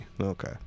Okay